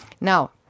Now